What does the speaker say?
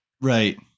Right